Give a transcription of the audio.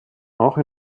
auch